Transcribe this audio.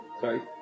sorry